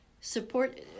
support